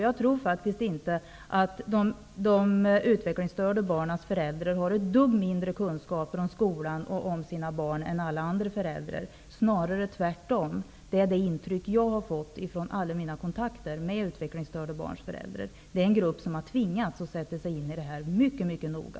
Jag tror faktiskt inte att de utvecklingsstörda barnens föräldrar har ett dugg mindre kunskap om skolan och om sina barn än alla andra föräldrar, snarare tvärtom. Det är det intryck jag har fått från alla mina kontakter med utvecklingsstörda barns föräldrar. Det är en grupp som har tvingats att sätta sig in i dessa frågor mycket noga.